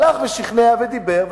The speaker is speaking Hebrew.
הוא הלך ושכנע ודיבר,